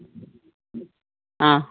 അ